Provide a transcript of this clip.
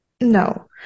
no